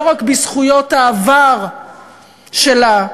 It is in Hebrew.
לא רק בזכויות העבר שלה,